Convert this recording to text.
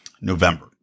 November